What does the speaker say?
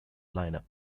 lineup